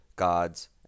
gods